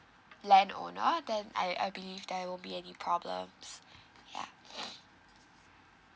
land owner then I I believe there won't be any problems ya